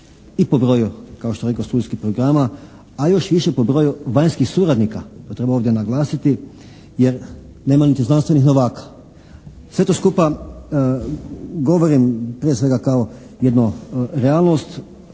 i po broju, kao što rekoh, studijskih programa, a još više po broju vanjskih suradnika. To treba ovdje naglasiti jer nam niti znanstvenih novaka. Sve to skupa govorim prije svega kao jednu realnost